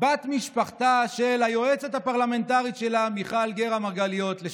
בת משפחתה של היועצת הפרלמנטרית שלה לשעבר מיכל גרא מרגליות.